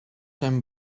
zijn